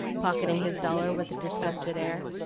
pocketing his dollar with a disgusted air.